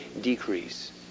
decrease